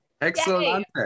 Excellent